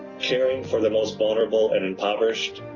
caring for the most vulnerable and impoverished,